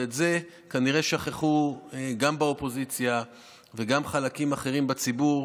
ואת זה כנראה שכחו גם באופוזיציה וגם חלקים אחרים בציבור,